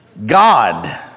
God